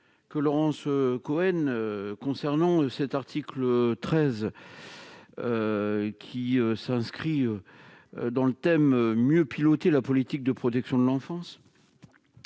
de Laurence Cohen concernant cet article 13. Celui-ci s'inscrit dans la volonté de mieux piloter la politique de protection de l'enfance et